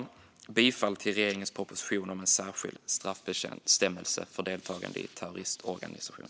Jag yrkar bifall till regeringens proposition En särskild straffbestämmelse för deltagande i en terroristorganisation .